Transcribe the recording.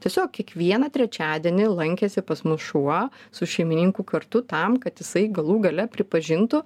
tiesiog kiekvieną trečiadienį lankėsi pas mus šuo su šeimininku kartu tam kad jisai galų gale pripažintų